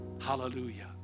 Hallelujah